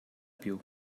più